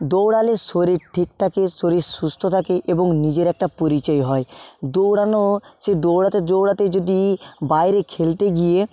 দৌড়ালে শরীর ঠিক থাকে শরীর সুস্থ থাকে এবং নিজের একটা পরিচয় হয় দৌড়ানো সে দৌড়াতে দৌড়াতে যদি বাইরে খেলতে গিয়ে